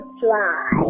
fly